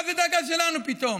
מה, זו דאגה שלנו פתאום?